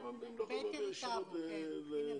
למה הם לא יכולים להעביר את זה ישירות למכללה?